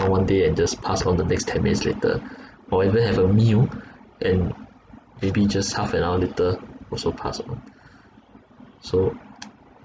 one day and just passed on the next ten minutes later or even have a meal and maybe just half an hour later also passed on so